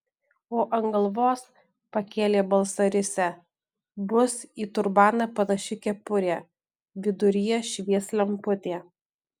o ant galvos pakėlė balsą risia bus į turbaną panaši kepurė viduryje švies lemputė